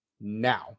now